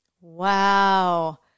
Wow